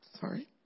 sorry